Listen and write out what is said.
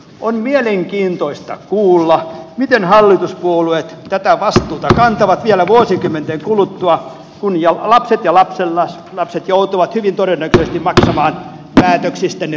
on mielenkiintoista kuulla miten hallituspuolueet tätä vastuuta kantavat vielä vuosikymmenten kuluttua kun lapset ja lapsenlapset joutuvat hyvin todennäköisesti maksamaan päätöksistänne riihikuivaa rahaa